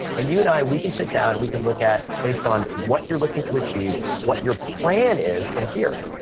and you and i, we can sit down we can look at based on what you're looking to achieve, what your plan is from here.